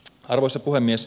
arvoisa puhemies